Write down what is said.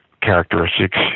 characteristics